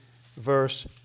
verse